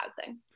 housing